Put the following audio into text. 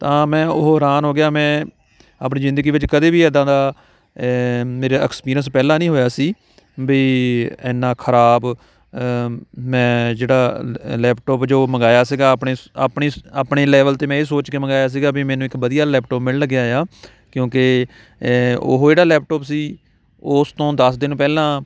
ਤਾਂ ਮੈਂ ਉਹ ਹੈਰਾਨ ਹੋ ਗਿਆ ਮੈਂ ਆਪਣੀ ਜ਼ਿੰਦਗੀ ਵਿੱਚ ਕਦੇ ਵੀ ਇੱਦਾਂ ਦਾ ਮੇਰਾ ਐਕਸਪੀਰੀਅੰਸ ਪਹਿਲਾਂ ਨਹੀਂ ਹੋਇਆ ਸੀ ਵੀ ਇੰਨਾ ਖ਼ਰਾਬ ਮੈਂ ਜਿਹੜਾ ਲੈਪਟੋਪ ਜੋ ਮੰਗਵਾਇਆ ਸੀਗਾ ਆਪਣੇ ਆਪਣੀ ਆਪਣੇ ਲੈਵਲ 'ਤੇ ਮੈਂ ਇਹ ਸੋਚ ਕੇ ਮੰਗਵਾਇਆ ਸੀਗਾ ਵੀ ਮੈਨੂੰ ਇੱਕ ਵਧੀਆ ਲੈਪਟੋਪ ਮਿਲਣ ਲੱਗਿਆ ਹੈ ਆ ਕਿਉਂਕਿ ਉਹ ਜਿਹੜਾ ਲੈਪਟੋਪ ਸੀ ਉਸ ਤੋਂ ਦਸ ਦਿਨ ਪਹਿਲਾਂ